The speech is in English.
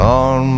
on